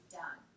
done